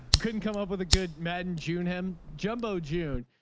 couldn't come up with a good madden. june him jumbo, june,